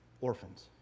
orphans